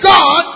God